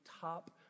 top